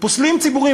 פוסלים ציבורים,